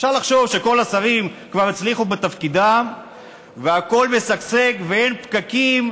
אפשר לחשוב שכל השרים כבר הצליחו בתפקידם והכול משגשג ואין פקקים